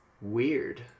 weird